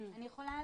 אני יכולה